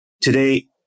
Today